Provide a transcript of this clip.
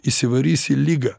įsivarysi ligą